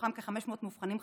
מתוכם כ-500 מאובחנים חדשים.